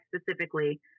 specifically